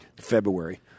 February